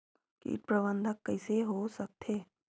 कीट प्रबंधन कइसे हो सकथे?